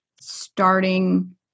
starting